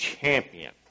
champion